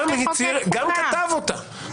גם כתב אותה,